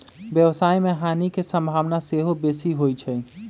व्यवसाय में हानि के संभावना सेहो बेशी होइ छइ